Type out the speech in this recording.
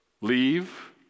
leave